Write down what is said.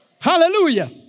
Hallelujah